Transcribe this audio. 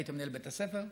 היית מנהל בית ספר.